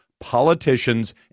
politicians